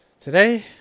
today